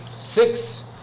six